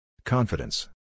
Confidence